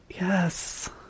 Yes